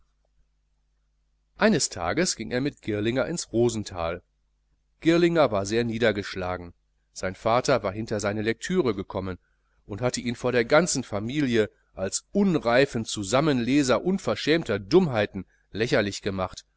eines tages ging er mit girlinger ins rosenthal girlinger war sehr niedergeschlagen sein vater war hinter seine lektüre gekommen und hatte ihn vor der ganzen familie als unreifen zusammenleser unverschämter dummheiten lächerlich gemacht